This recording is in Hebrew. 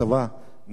נשק עם נשק,